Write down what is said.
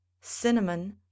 Cinnamon